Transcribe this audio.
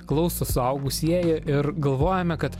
klauso suaugusieji ir galvojame kad